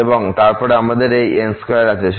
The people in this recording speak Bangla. এবং তারপর আমাদের এই n2 আছে